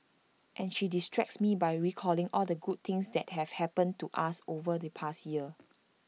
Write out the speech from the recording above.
and she distracts me by recalling all the good things that have happened to us over the past year